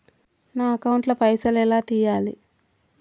నా అకౌంట్ ల పైసల్ ఎలా తీయాలి?